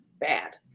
bad